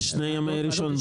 שני ימי ראשון ברצף.